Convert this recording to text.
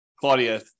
Claudia